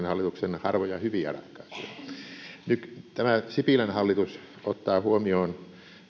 hallituksen harvoja hyviä ratkaisuja tämä sipilän hallitus ottaa huomioon